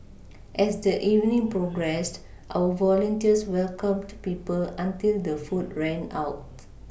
as the evening progressed our volunteers welcomed people until the food ran out